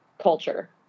culture